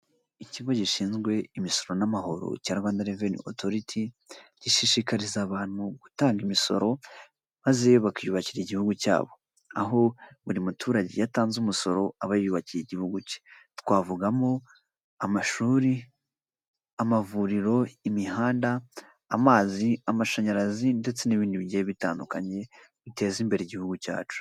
Ikigo gishinzwe imisoro n'amahoro cya Rwanda Revenue Authorit, gishishikariza abantu gutanga imisoro, maze bakiyubakira igihugu cyabo, aho buri muturage iyo atanze umusoro aba yiyubakiye igihugu cye, twavugamo; amashuri, amavuriro, imihanda, amazi, amashanyarazi, ndetse n'ibindi bigiye bitandukanye, biteza imbere igihugu cyacu.